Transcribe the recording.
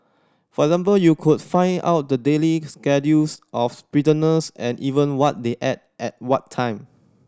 for example you could find out the daily schedules of prisoners and even what they ate at what time